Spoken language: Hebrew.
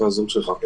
צריך להבחין